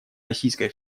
российской